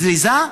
זריזה,